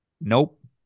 Nope